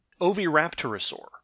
oviraptorosaur